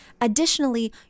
additionally